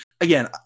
Again